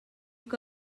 que